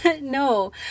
no